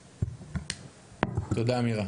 תודה, מירה.